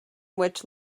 which